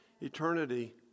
Eternity